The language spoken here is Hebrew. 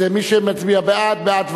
מי שמצביע בעד, בעד ועדה,